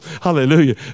Hallelujah